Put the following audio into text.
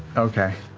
okay.